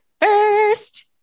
first